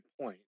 point